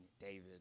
David